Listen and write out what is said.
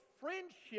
friendship